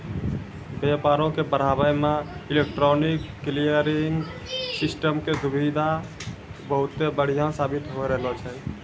व्यापारो के बढ़ाबै मे इलेक्ट्रॉनिक क्लियरिंग सिस्टम के सुविधा बहुते बढ़िया साबित होय रहलो छै